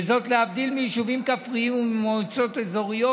וזאת להבדיל מיישובים וממועצות אזוריות.